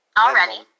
already